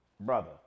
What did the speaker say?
brother